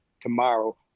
tomorrow